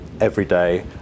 everyday